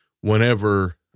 whenever